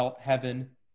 heaven